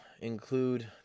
include